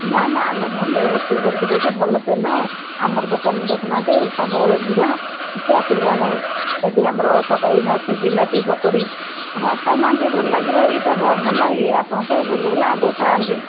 ନା ନା ଆମେ ଭଲରେ ରୋଷେଇ କରିକି ଦେଉଛୁ ଭଲତେଲ ଆମର ଦୋକାନରେ ଦେଖୁନାହାନ୍ତି ସବୁବେଳେ ଭିଡ଼ କିଛି ଅସୁବିଧା ନାହିଁ ସେଇଟୁ ଆମର ଏଇନା ଅଛି ଜିଲାପି ପକୁଡ଼ି ଆପଣ ଖାଉନାହାନ୍ତି ଭଲ ଲାଗିବ ଏଇଟା ଭଲ ଇଏ ଆପଣ ତ ଗୁଲୁଗୁଲା ଆଗରୁ ଖାଆନ୍ତି